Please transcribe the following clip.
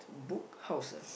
Book House ah